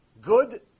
good